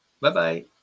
Bye-bye